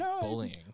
bullying